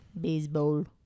Baseball